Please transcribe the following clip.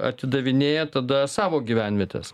atidavinėja tada savo gyvenvietes